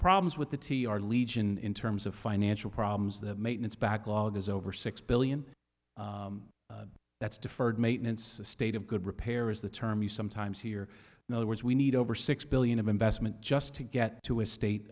problems with the t are legion in terms of financial problems the maintenance backlog is over six billion that's deferred maintenance a state of good repair is the term you sometimes hear the words we need over six billion of investment just to get to a state